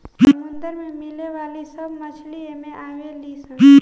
समुंदर में मिले वाली सब मछली एमे आवे ली सन